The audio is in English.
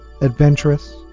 adventurous